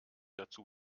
dazu